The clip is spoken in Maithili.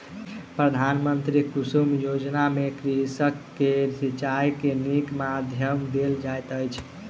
प्रधानमंत्री कुसुम योजना में कृषक के सिचाई के नीक माध्यम देल जाइत अछि